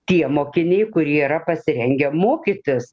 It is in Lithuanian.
tie mokiniai kurie yra pasirengę mokytis